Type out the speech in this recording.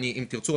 אם תרצו,